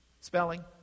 Spelling